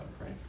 right